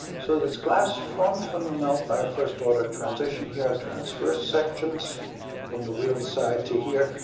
so this glass formed from the melt by a first order transition here, transverse sections from the wield side to here.